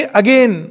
again